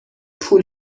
پول